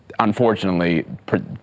Unfortunately